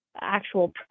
actual